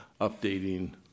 updating